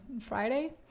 Friday